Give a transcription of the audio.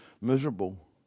miserable